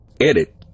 Edit